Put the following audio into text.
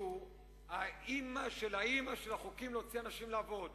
שהוא האמא של האמא של החוקים של להוציא אנשים לעבוד,